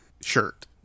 shirt